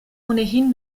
ohnehin